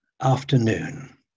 afternoon